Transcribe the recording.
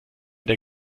der